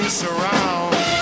surround